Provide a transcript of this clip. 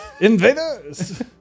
Invaders